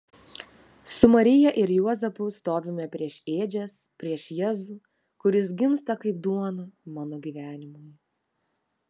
su marija ir juozapu stovime prieš ėdžias prieš jėzų kuris gimsta kaip duona mano gyvenimui